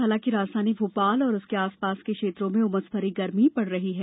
हालांकि राजधानी भोपाल और उसके आसपास के क्षेत्रों में उमस भरी गर्मी पड़ रही है